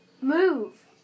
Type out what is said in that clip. Move